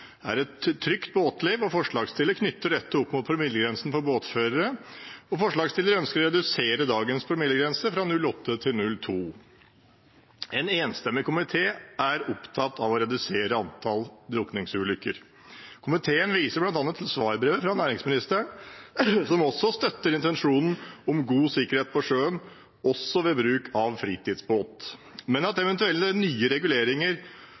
er et trygt båtliv. Forslagstillerne knytter dette til promillegrensen for båtførere og ønsker å redusere dagens promillegrense fra 0,8 til 0,2. En enstemmig komité er opptatt av å redusere antall drukningsulykker. Komiteen viser bl.a. til svarbrevet fra næringsministeren, som støtter intensjonen om god sikkerhet på sjøen også ved bruk av fritidsbåt, men at eventuelle nye reguleringer